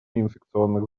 неинфекционных